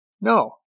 No